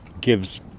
gives